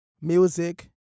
music